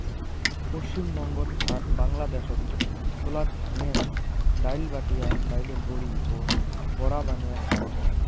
পশ্চিমবঙ্গ আর বাংলাদ্যাশত ছোলাক ভাঙে আনি ডাইল, বাটিয়া ডাইলের বড়ি ও বড়া বানেয়া খাওয়াং